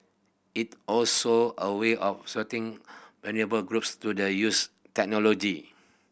it also a way of vulnerable groups to the use technology